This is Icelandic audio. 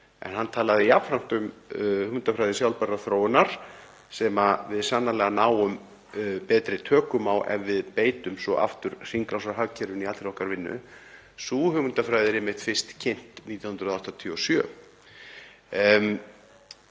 Hann talaði jafnframt um hugmyndafræði sjálfbærrar þróunar sem við náum sannarlega betri tökum á ef við beitum svo aftur hringrásarhagkerfinu í allri okkar vinnu. Sú hugmyndafræði er einmitt fyrst kynnt 1987.